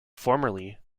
formerly